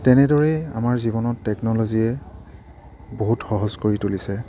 তেনেদৰেই আমাৰ জীৱনত টেকন'লজিয়ে বহুত সহজ কৰি তুলিছে